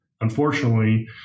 unfortunately